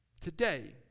Today